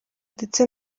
ndetse